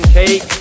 take